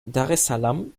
daressalam